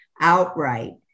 outright